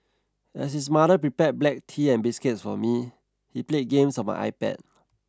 as his mother prepared black tea and biscuits for me he played games on my iPad